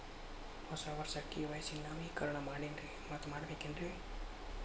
ಹೋದ ವರ್ಷ ಕೆ.ವೈ.ಸಿ ನವೇಕರಣ ಮಾಡೇನ್ರಿ ಮತ್ತ ಮಾಡ್ಬೇಕೇನ್ರಿ?